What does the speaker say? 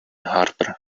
harper